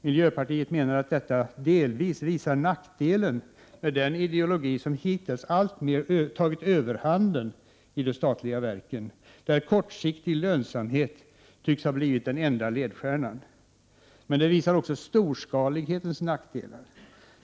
Miljöpartiet menar att detta delvis visar nackdelen med den ideologi som hittills alltmer tagit överhanden i de statliga verken, där kortsiktig lönsamhet tycks ha blivit den enda ledstjärnan. Men det visar också storskalighetens nackdelar.